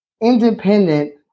independent